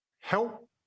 help